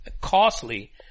costly